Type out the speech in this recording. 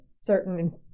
certain